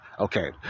Okay